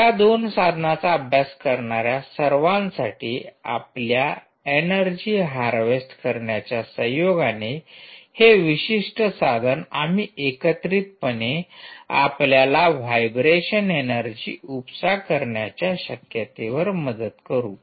या 2 साधनांचा अभ्यास करणाऱ्या सर्वांसाठी आपल्या ऐनर्जी हार्वेस्ट करण्याच्या संयोगाने हे विशिष्ट साधन आम्ही एकत्रितपणे आपल्याला व्हायब्रेशन ऐनर्जी उपसा करण्याच्या शक्यतेवर मदत करू